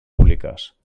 públiques